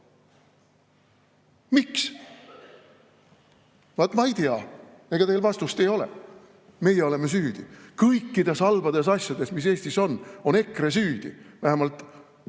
Miks? Vaat ma ei tea. Ega teil vastust ei ole. Meie oleme süüdi. Kõikides halbades asjades, mis Eestis on, on EKRE süüdi, vähemalt